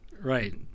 Right